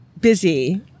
busy